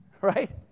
right